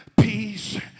peace